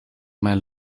mijn